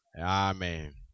Amen